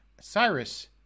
Cyrus